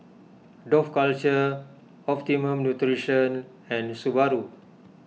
Dough Culture Optimum Nutrition and Subaru